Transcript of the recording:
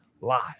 live